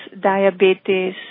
diabetes